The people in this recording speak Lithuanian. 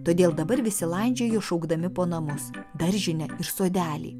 todėl dabar visi landžiojo šaukdami po namus daržinę ir sodelį